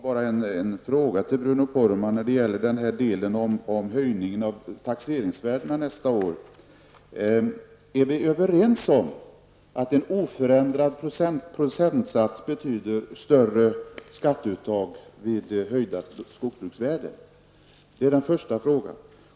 Herr talman! Jag skall ställa en fråga till Bruno Poromaa om höjningen av taxeringsvärdena nästa år. Är vi överens om att en oförändrad procentsats betyder större skatteuttag vid höjda skogsbruksvärden?